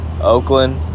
Oakland